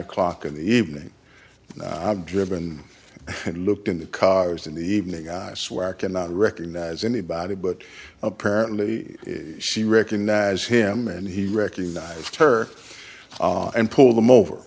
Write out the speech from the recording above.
o'clock in the evening i've driven and looked in the cars in the evening i swear i cannot recognize anybody but apparently she recognized him and he recognized her and pulled him